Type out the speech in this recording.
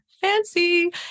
fancy